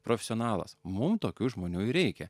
profesionalas mum tokių žmonių reikia